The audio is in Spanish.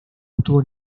obtuvo